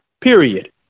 period